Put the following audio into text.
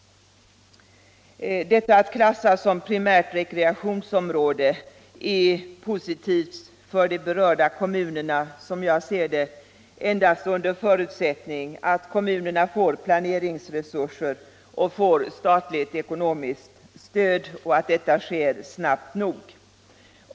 Detta att klassas som primärt rekreationsområde är, som jag ser det, positivt för de berörda kommunerna endast under förutsättning att de får planeringsresurser och statligt ekonomiskt stöd och att detta sker snabbt nog.